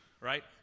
right